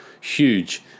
huge